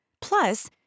Plus